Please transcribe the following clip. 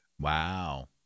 Wow